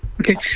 Okay